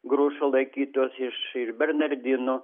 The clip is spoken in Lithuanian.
grušo laikytos iš ir bernardinų